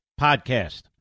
Podcast